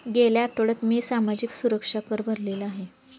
गेल्या आठवड्यात मी सामाजिक सुरक्षा कर भरलेला आहे